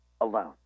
alone